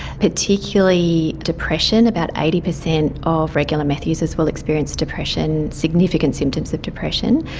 particularly depression. about eighty percent of regular meth users will experience depression, significant symptoms of depression,